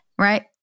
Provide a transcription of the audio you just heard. Right